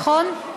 נכון?